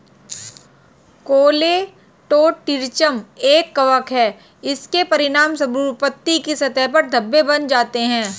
Colletotrichum एक कवक है, इसके परिणामस्वरूप पत्ती की सतह पर धब्बे बन जाते हैं